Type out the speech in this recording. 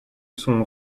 son